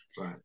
Right